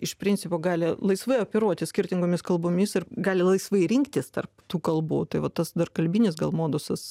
iš principo gali laisvai operuoti skirtingomis kalbomis ir gali laisvai rinktis tarp tų kalbų tai va tas dar kalbinis gal modusus